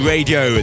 Radio